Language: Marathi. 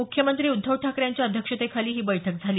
मुख्यमंत्री उद्धव ठाकरे यांच्या अध्यक्षतेखाली ही बैठक झाली